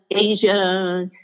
Asia